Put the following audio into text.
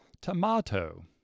Tomato